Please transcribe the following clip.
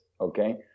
Okay